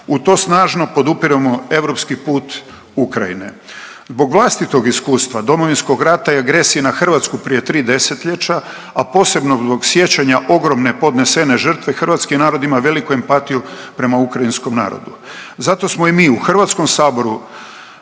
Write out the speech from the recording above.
U to snažno podupiremo europski put Ukrajine. Zbog vlastitog iskustva Domovinskog rata i agresije na Hrvatsku prije 3 desetljeća, a posebno zbog sjećanja ogromne podnesene žrtve, hrvatski narod ima veliku empatiju prema ukrajinskom narodu. Zato smo i mi u Hrvatskom saboru